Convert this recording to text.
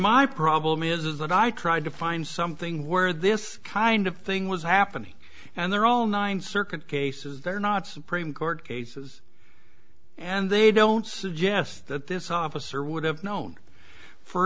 my problem is that i tried to find something where this kind of thing was happening and they're all ninth circuit cases they're not supreme court cases and they don't suggest that this officer would have known for